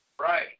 Right